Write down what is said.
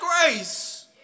grace